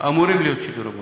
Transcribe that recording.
אמורים להיות שידורי מורשת.